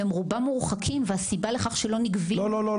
רובם מורחקים והסיבה לכך שלא נגבים --- לא,